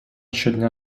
щодня